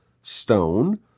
stone